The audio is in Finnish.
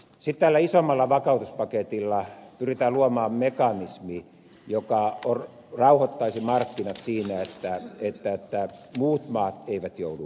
sitten tällä isommalla vakautuspaketilla pyritään luomaan mekanismi joka rauhoittaisi markkinat siinä että muut maat eivät joudu ongelmiin